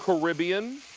caribbean,